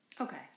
Okay